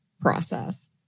process